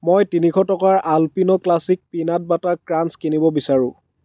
মই তিনিশ টকাৰ Alpino classic peanut butter crunch কিনিব বিচাৰোঁ